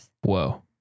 Whoa